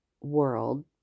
world